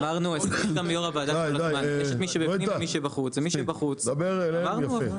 די גואטה, מספיק, תדבר אליהם יפה.